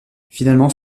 finalement